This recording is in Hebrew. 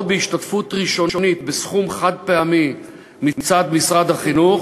בהשתתפות ראשונית בסכום חד-פעמי מצד משרד החינוך,